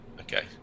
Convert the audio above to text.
Okay